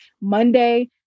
Monday